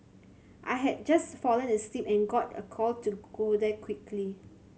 I had just fallen asleep and got a call to go there quickly